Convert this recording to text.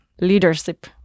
leadership